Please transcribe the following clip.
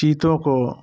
चीतों को